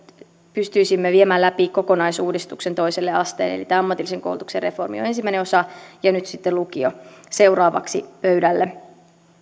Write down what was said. pystyisimme viemään läpi kokonaisuudistuksen toiselle asteelle eli tämä ammatillisen koulutuksen reformi on ensimmäinen osa ja nyt sitten lukio tulee seuraavaksi pöydälle